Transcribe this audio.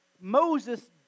Moses